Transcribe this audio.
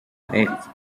acts